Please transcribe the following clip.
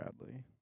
Bradley